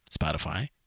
spotify